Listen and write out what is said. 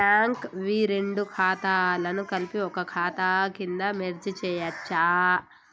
Bank వి రెండు ఖాతాలను కలిపి ఒక ఖాతా కింద మెర్జ్ చేయచ్చా?